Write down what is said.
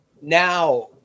Now